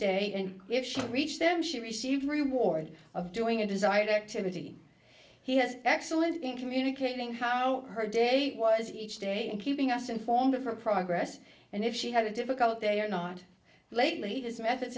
day and if she could reach them she received reward of doing a desired activity he has excellent in communicating how her day was each day and keeping us informed of her progress and if she had a difficult day or not lately his methods